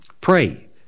pray